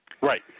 Right